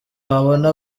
babona